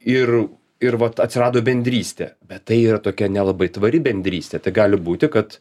ir ir vat atsirado bendrystė bet tai yra tokia nelabai tvari bendrystė tai gali būti kad